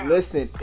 Listen